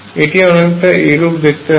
এটি অনেকটা এইরূপ দেখতে হবে